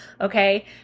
Okay